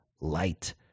light